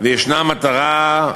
ויש מטרה,